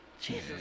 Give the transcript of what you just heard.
Jesus